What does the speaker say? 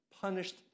Punished